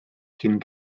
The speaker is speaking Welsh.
cyn